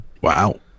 Wow